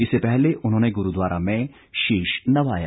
इससे पहले उन्होंने गुरुद्वारा में शीश नवाया